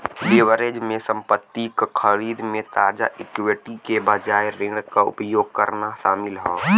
leverage में संपत्ति क खरीद में ताजा इक्विटी के बजाय ऋण क उपयोग करना शामिल हौ